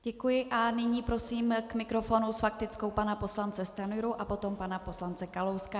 Děkuji a nyní prosím k mikrofonu s faktickou pana poslance Stanjuru a potom pana poslance Kalouska.